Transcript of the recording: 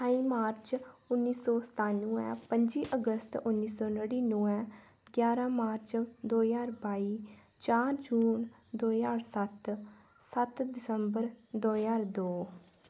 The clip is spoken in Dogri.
ठाई मार्च उन्नी सौ सतानमें पंजी अगस्त उन्नी सौ नड़िन्नुएं ग्यारह् मार्च दो ज्हार बाई चार जून दो ज्हार सत्त सत्त दिसम्बर दो ज्हार दो